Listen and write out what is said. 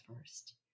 first